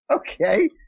Okay